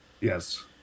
Yes